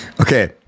Okay